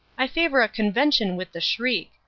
i favour a convention with the shriek.